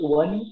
one